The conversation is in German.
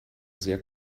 sehr